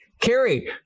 Carrie